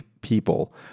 people